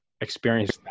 experienced